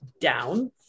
down